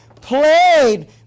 played